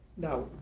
now,